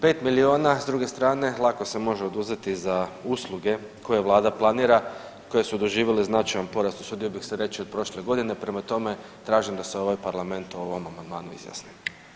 Pet milijuna s druge strane lako se može oduzeti za usluge koje Vlada planira, koje su doživjele značajan porast usudio bih se reći od prošle godine prema tome tražim da se ovaj Parlament o ovom amandmanu izjasni.